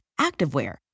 activewear